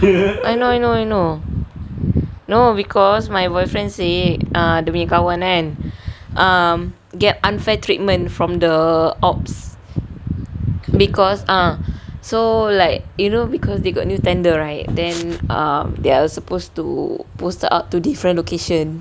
I know I know I know no because my boyfriend say err dia punya kawan kan um get unfair treatment from the err ops because ah so like you know because they got new tender right then err they're supposed to posted out to different location